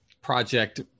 project